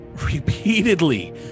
repeatedly